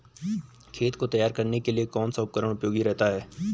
खेत को तैयार करने के लिए कौन सा उपकरण उपयोगी रहता है?